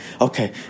Okay